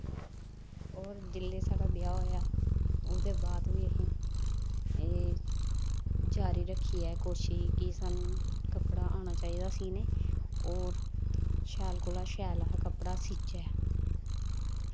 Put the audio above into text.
होर जिसले साढ़ा ब्याह् होआ ओह्दे बाद बी एह् जारी रक्खी ऐ कोशिश कि सानूं आना चाहिदा ऐ कपड़ा सीनें होर शैल कोला दा शैल कपड़ा अस सीच्चै